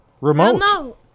Remote